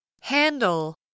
Handle